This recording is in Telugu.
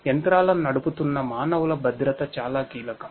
యంత్రాలను నడుపుతున్న మానవుల భద్రత చాలా కీలకం